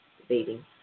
debating